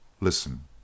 Listen